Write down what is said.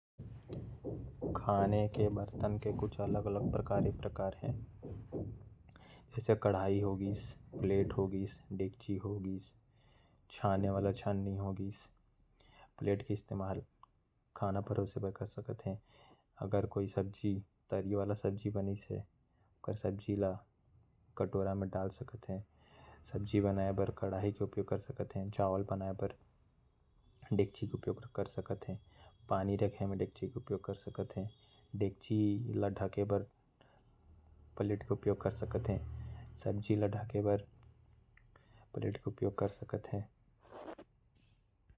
खाए के बरतन के अलग अलग कुछ ये प्रकार है। कढ़ाई, डिक्ची, प्लेट, चमच। जैसे डिक्ची के उपयोग पानी भरे बर कर सकत हैं। कढ़ाई के उपयोग सब्जी बनाए बर कर सकत ही। प्लेट के उपयोग खाना परोसे बर कर सकत ही।